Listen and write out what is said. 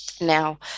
now